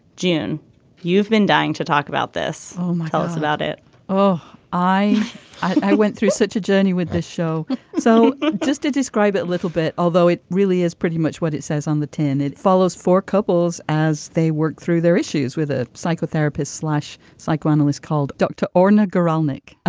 jim you've been dying to talk about this. oh my. tell us about it oh i i went through such a journey with this show so just to describe it a little bit although it really is pretty much what it says on the tin. it follows for couples as they work through their issues with a psychotherapist slash psychoanalyst called dr. orner guralnick.